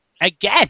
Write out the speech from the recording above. Again